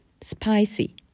Spicy